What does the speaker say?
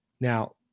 Now